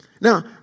Now